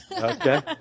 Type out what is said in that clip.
Okay